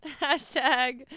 hashtag